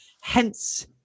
Hence